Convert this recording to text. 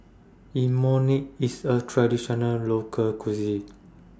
Imoni IS A Traditional Local Cuisine